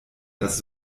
dass